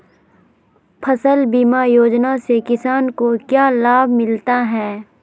फसल बीमा योजना से किसान को क्या लाभ मिलता है?